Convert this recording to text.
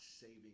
saving